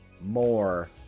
more